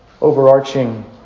overarching